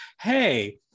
hey